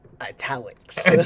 italics